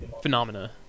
phenomena